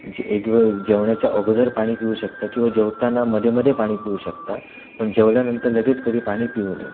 जी एकवेळ जेवणाच्या अगोदर पाणी पिऊ शकता किवा जेवताना मध्ये मध्ये पाणी पिऊ शकता पण जेवल्यानंतर लगेच कधी पाणी पिऊ नये